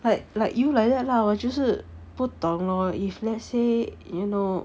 but like you like that lah 我就是不懂 lor if let's say you know